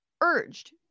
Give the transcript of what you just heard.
urged